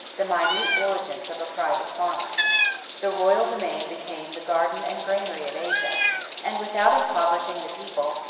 the minute diligence of a private farmer the royal domain became the garden and granary of asia and without impoverishing the people,